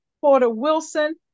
Porter-Wilson